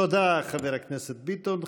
תודה, חבר הכנסת ביטון.